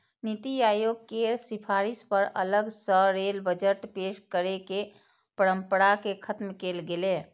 नीति आयोग केर सिफारिश पर अलग सं रेल बजट पेश करै के परंपरा कें खत्म कैल गेलै